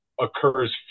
occurs